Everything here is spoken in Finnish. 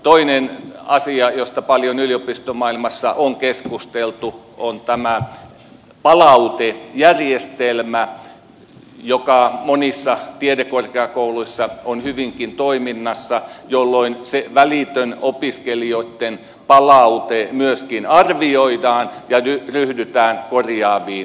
toinen asia josta paljon yliopistomaailmassa on keskusteltu on tämä palautejärjestelmä joka monissa tiedekorkeakouluissa on hyvinkin toiminnassa jolloin se välitön opiskelijoitten palaute myöskin arvioidaan löytyy ryhdytään korvia hiv